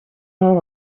not